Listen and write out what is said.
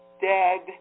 dead